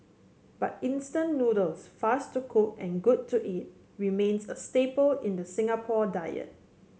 but instant noodles fast to cook and good to eat remains a staple in the Singapore diet